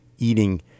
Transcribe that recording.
eating